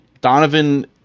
Donovan